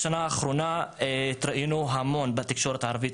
בשנה האחרונה התראינו המון בתקשורת הערבית.